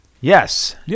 Yes